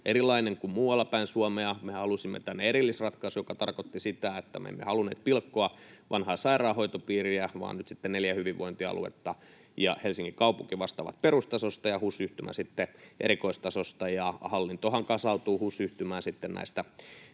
erilainen kuin muualla päin Suomea — me halusimme tänne erillisratkaisun, joka tarkoitti sitä, että me emme halunneet pilkkoa vanhaa sairaanhoitopiiriä vaan nyt sitten neljä hyvinvointialuetta ja Helsingin kaupunki vastaavat perustasosta ja HUS-yhtymä sitten erikoistasosta — niin hallintohan kasautuu HUS-yhtymään sitten näistä